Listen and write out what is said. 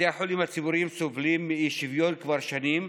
בתי החולים הציבוריים סובלים מאי-שוויון כבר שנים,